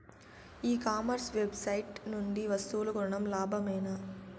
ఈ commerce website నుండి వస్తువులు కొనడం లాభమేనా?